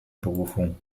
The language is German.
berufung